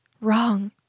wrong